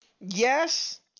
Yes